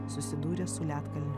susidūrė su ledkalniu